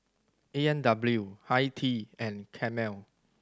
A and W Hi Tea and Camel